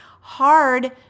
hard